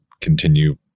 continue